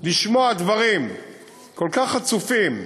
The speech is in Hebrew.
לשמוע דברים כל כך חצופים,